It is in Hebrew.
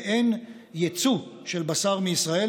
ואין יצוא של בשר מישראל.